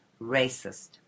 racist